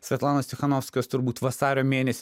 svetlanos cichanovskajos turbūt vasario mėnesį